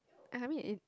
I mean it